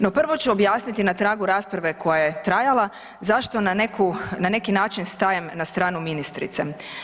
No prvo ću objasniti na tragu rasprave koja je trajala zašto na neku, na neki način stajem na stranu ministrice.